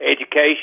education